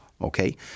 Okay